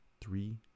three